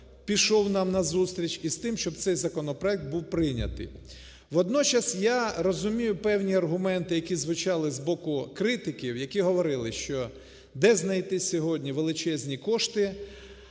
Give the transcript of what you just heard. пішов нам назустріч, і з тим, щоб цей законопроект був прийнятий. Водночас я розумію певні аргументи, які звучали з боку критиків, які говорили, що де знайти сьогодні величезні кошти.